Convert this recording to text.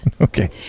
okay